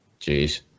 Jeez